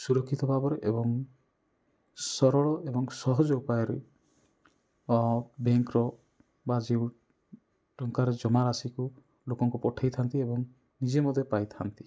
ସୁରକ୍ଷିତ ଭାବରେ ଏବଂ ସରଳ ଏବଂ ସହଜ ଉପାୟରେ ବ୍ୟାଙ୍କର ବା ଯୋଉ ଟଙ୍କାର ଜମାରାଶିକୁ ଲୋକଙ୍କୁ ପଠେଇଥାନ୍ତି ଏବଂ ନିଜେ ମଧ୍ୟ ପାଇଥାନ୍ତି